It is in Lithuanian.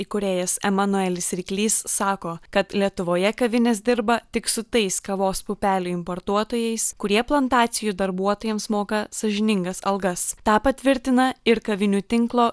įkūrėjas emanuelis ryklys sako kad lietuvoje kavinės dirba tik su tais kavos pupelių importuotojais kurie plantacijų darbuotojams moka sąžiningas algas tą patvirtina ir kavinių tinklo